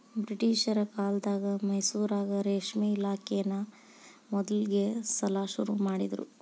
ಬ್ರಿಟಿಷರ ಕಾಲ್ದಗ ಮೈಸೂರಾಗ ರೇಷ್ಮೆ ಇಲಾಖೆನಾ ಮೊದಲ್ನೇ ಸಲಾ ಶುರು ಮಾಡಿದ್ರು